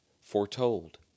foretold